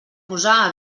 posar